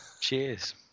Cheers